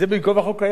זה בין כה וכה קיים,